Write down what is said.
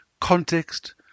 context